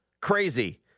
Crazy